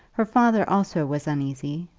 her father also was uneasy,